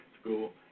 school